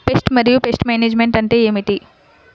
Pest మరియు pest management అంటే ఏమిటి?